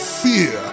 fear